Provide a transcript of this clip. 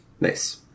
Nice